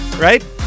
right